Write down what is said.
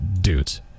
dudes